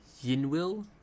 Yin-will